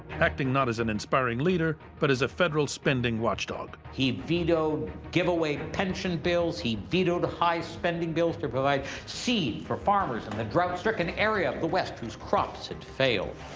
acting not as an inspiring leader, but as a federal spending watchdog. he vetoed giveaway pension bills. he vetoed high spending bills to provide seed for farmers in the drought-stricken area of the west whose crops had failed.